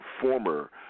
former